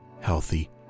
healthy